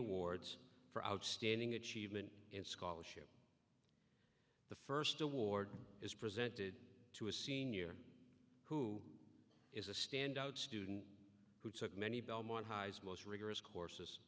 awards for outstanding achievement scholarship the first award is presented to a senior who is a standout student who took many belmont highs most rigorous courses